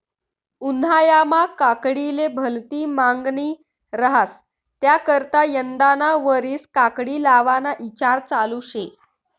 उन्हायामा काकडीले भलती मांगनी रहास त्याकरता यंदाना वरीस काकडी लावाना ईचार चालू शे